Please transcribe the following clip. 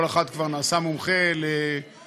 כל אחד כבר נעשה מומחה לחיפושים,